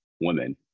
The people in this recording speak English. women